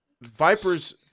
Vipers